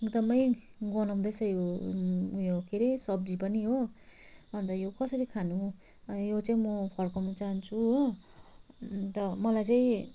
एकदमै गनाउँदैछ यो उयो के रे सब्जी पनि हो अन्त यो कसरी खानु यो चाहिँ म फर्काउनु चाहन्छु हो अन्त मलाई चाहिँ